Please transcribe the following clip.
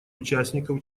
участников